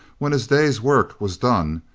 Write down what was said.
when his day's work was done,